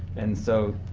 and so,